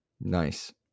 nice